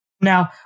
Now